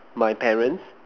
my parents